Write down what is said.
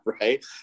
right